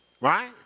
Right